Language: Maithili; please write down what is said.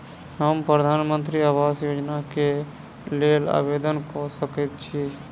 हम प्रधानमंत्री आवास योजना केँ लेल आवेदन कऽ सकैत छी?